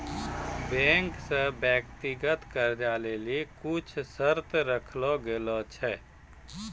bank से व्यक्तिगत कर्जा लेली कुछु शर्त राखलो गेलो छै